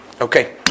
Okay